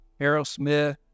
Aerosmith